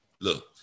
look